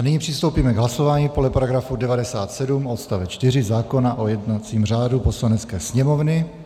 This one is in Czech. Nyní přistoupíme k hlasování podle § 97 odst. 4 zákona o jednacím řádu Poslanecké sněmovny.